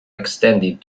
extended